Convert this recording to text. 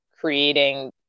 creating